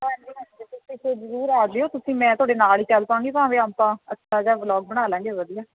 ਹਾਂਜੀ ਹਾਂਜੀ ਤੁਸੀਂ ਫਿਰ ਜ਼ਰੂਰ ਆ ਜਾਇਓ ਤੁਸੀਂ ਮੈਂ ਤੁਹਾਡੇ ਨਾਲ ਹੀ ਚੱਲ ਪਵਾਂਗੀ ਭਾਵੇਂ ਆਪਾਂ ਅੱਛਾ ਜਿਹਾ ਬਲੌਗ ਬਣਾ ਲਵਾਂਗੇ ਵਧੀਆ